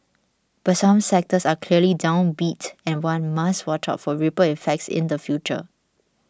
but some sectors are clearly downbeat and one must watch out for ripple effects in the future